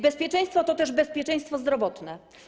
Bezpieczeństwo to też bezpieczeństwo zdrowotne.